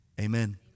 Amen